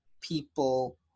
people